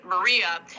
Maria